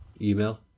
Email